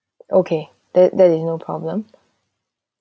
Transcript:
okay that that is no problem